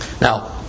Now